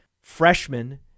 freshman